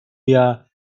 via